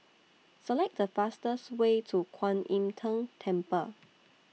Select The fastest Way to Kwan Im Tng Temple